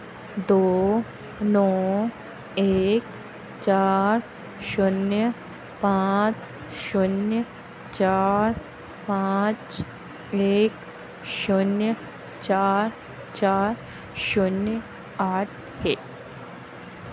दो नौ एक चार शून्य पाँच शून्य चार पाँच एक शून्य चार चार शून्य आठ है